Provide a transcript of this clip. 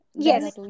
Yes